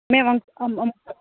ꯃꯦꯝ ꯑꯃꯨꯛ ꯑꯃꯨꯛꯇ